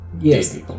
Yes